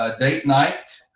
ah date night.